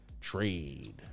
trade